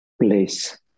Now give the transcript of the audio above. place